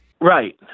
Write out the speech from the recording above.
Right